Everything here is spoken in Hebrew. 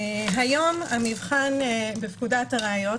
היום המבחן בפקודת הראיות,